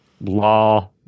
law